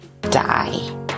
die